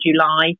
July